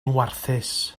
warthus